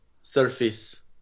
surface